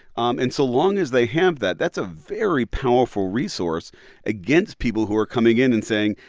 um and so long as they have that, that's a very powerful resource against people who are coming in and saying,